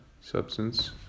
substance